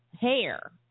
hair